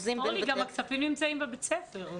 הכספים נמצאים בבית הספר.